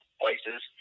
places